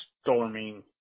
storming